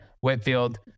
Whitfield